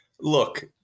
Look